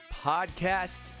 podcast